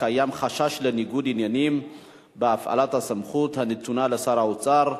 קיים חשש לניגוד עניינים בהפעלת הסמכות הנתונה לשר האוצר,